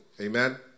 Amen